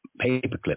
paperclip